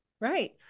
Right